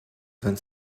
vingt